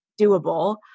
doable